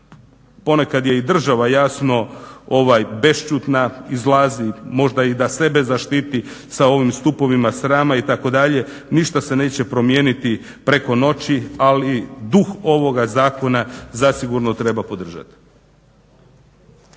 ponekad je i država jasno bešćutna, izlazi možda i da sebe zaštiti sa ovim stupovima srama itd. Ništa se neće promijeniti preko noći, ali duh ovoga zakona zasigurno treba podržati.